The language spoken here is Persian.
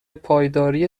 پایداری